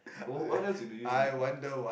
wh~ what else do you need